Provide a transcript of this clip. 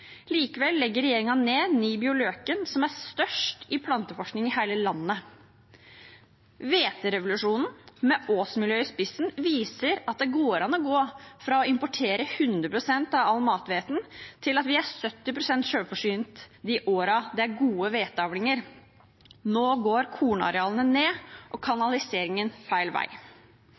Likevel legger regjeringen ned Nibio Løken, som er størst innen planteforskning i hele landet. Hveterevolusjonen, med Ås-miljøet i spissen, viser at det går an å gå fra å importere 100 pst. av all mathveten til at vi er 70 pst. selvforsynt de årene det er gode hveteavlinger. Nå går kornarealene ned og kanaliseringen feil vei.